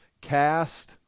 cast